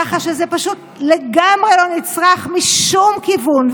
ככה שזה פשוט לגמרי לא נצרך משום כיוון.